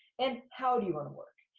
and how do you wanna work?